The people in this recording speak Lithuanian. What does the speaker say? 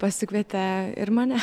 pasikvietė ir mane